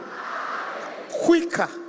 quicker